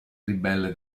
ribelle